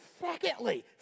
secondly